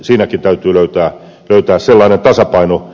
siinäkin täytyy löytää tasapaino